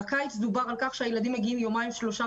בקיץ דובר על כך שהילדים מגיעים יומיים שלושה